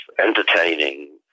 entertaining